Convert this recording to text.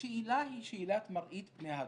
שהשאלה היא שאלת מראית פני הדברים.